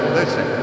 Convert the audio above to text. listen